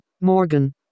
Morgan